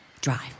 Drive